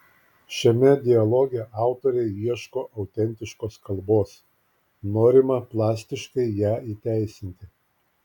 šiame dialoge autoriai ieško autentiškos kalbos norima plastiškai ją įteisinti